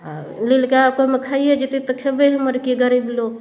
आओर ओ नील गाइ ओहिमेके खाइए जेतै तऽ खेबै हमर आओर कि गरीब लोक